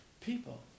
People